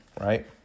Right